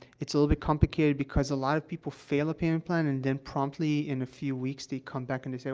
it's a little bit complicated, because a lot of people fail a payment plan, and then promptly, in a few weeks, they come back and they say,